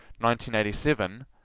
1987